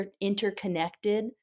interconnected